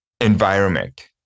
environment